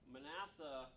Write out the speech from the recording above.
Manasseh